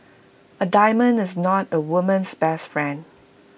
A diamond is not A woman's best friend